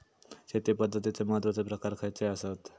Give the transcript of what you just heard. शेती पद्धतीचे महत्वाचे प्रकार खयचे आसत?